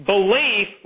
Belief